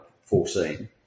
foreseen